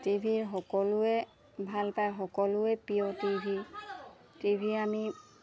T ভিৰ সকলোৱে ভাল পায় সকলোৱে প্ৰিয় টি ভি টি ভি আমি